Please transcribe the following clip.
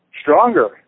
stronger